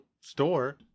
store